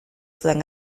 zuen